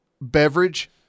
beverage